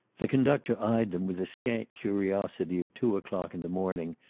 the conductor eyed them with the scant curiosity of two o'clock in the morning,